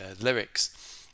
lyrics